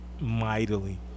mightily